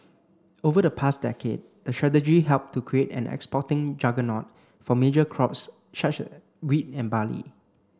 over the past decade the strategy helped to create an exporting juggernaut for major crops wheat and barley